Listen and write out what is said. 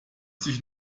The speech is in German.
sich